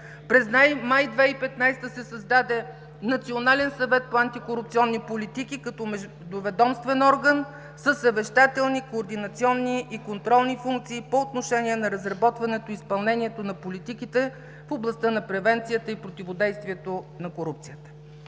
През май 2015 г. се създаде Национален съвет по антикорупционни политики като междуведомствен орган със съвещателни, координационни и контролни функции по отношение на разработването и изпълнението на политиките в областта на превенцията и противодействието на корупцията.